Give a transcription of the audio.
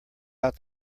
out